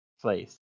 place